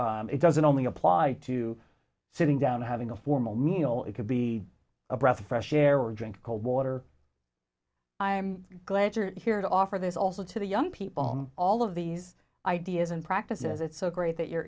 it doesn't only apply to sitting down having a formal meal it could be a breath of fresh air or drink cold water i'm glad you're here to offer this also to the young people all of these ideas and practices it's so great that you're